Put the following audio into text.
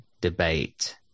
debate